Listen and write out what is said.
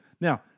Now